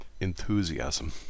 enthusiasm